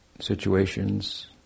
situations